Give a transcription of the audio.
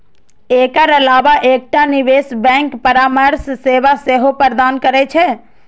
एकर अलावा एकटा निवेश बैंक परामर्श सेवा सेहो प्रदान करै छै